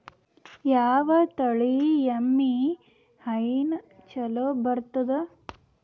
ಯಾವ ತಳಿ ಎಮ್ಮಿ ಹೈನ ಚಲೋ ಬರ್ತದ?